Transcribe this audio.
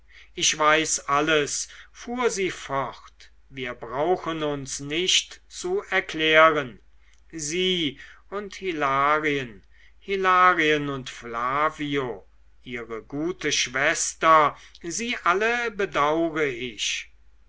ich weiß alles fuhr sie fort wir brauchen uns nicht zu erklären sie und hilarien hilarien und flavio ihre gute schwester sie alle bedaure ich